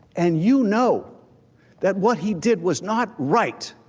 and you know that what he did was not right.